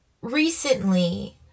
recently